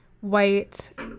White